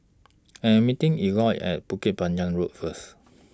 I Am meeting Eliot At Bukit Panjang Road First